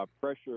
pressure